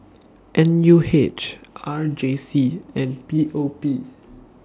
N U H R J C and P O P